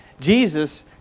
Jesus